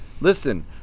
Listen